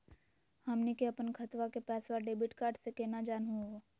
हमनी के अपन खतवा के पैसवा डेबिट कार्ड से केना जानहु हो?